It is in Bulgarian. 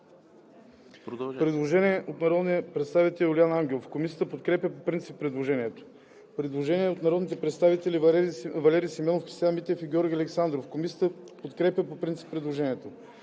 Предложение от народния представител Юлиан Ангелов. Комисията подкрепя по принцип предложението. Предложение от народните представители Валери Симеонов, Християн Митев и Георги Александров. Комисията подкрепя по принцип предложението.